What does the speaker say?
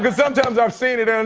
but sometimes i've seen it, and